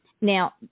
Now